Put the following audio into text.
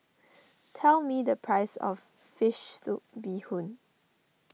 tell me the price of Fish Soup Bee Hoon